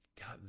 God